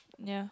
yeah